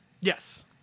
Yes